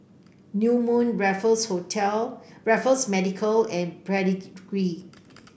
New Moon Raffles Hotel Raffles Medical and Pedigree